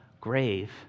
grave